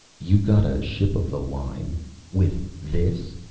you got a ship of the line with this?